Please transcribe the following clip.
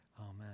Amen